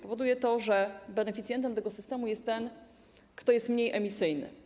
Powoduje to, że beneficjentem tego systemu jest ten, kto jest mniej emisyjny.